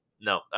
No